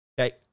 Okay